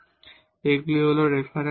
সুতরাং এগুলি হল রেফারেন্স